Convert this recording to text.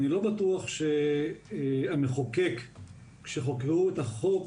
אני לא בטוח שהמחוקק כשחוקק את החוק,